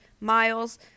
Miles